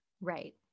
Right